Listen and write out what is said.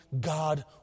God